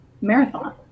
marathon